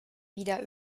wieder